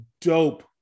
dope